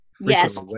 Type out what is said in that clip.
Yes